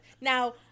Now